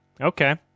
Okay